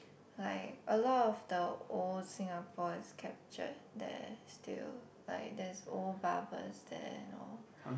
like a lot of the old Singapore is captured there still like there's old barbers there and all